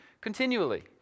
continually